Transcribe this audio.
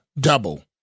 double